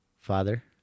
father